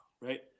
right